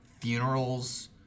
funerals